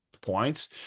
points